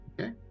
Okay